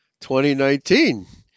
2019